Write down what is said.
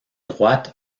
droite